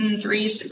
three